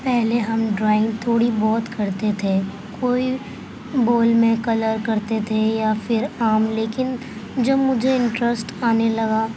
پہلے ہم ڈرائنگ تھوڑی بہت کرتے تھے کوئی بول میں کلر کرتے تھے یا پھر عام لیکن جب مجھے انٹرسٹ آنے لگا